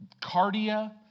cardia